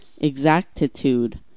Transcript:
exactitude